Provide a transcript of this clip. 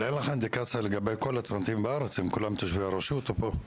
אבל אין לך אינדיקציה לגבי כל הצמתים בארץ האם כולם תושבי הרשות או פה?